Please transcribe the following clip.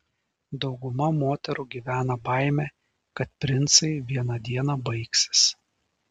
dauguma moterų gyvena baime kad princai vieną dieną baigsis